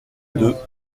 deux